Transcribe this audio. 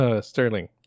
Sterling